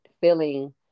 feeling